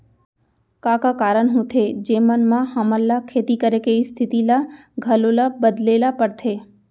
का का कारण होथे जेमन मा हमन ला खेती करे के स्तिथि ला घलो ला बदले ला पड़थे?